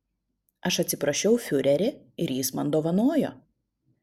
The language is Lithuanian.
aš atsiprašiau fiurerį ir jis man dovanojo